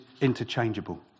interchangeable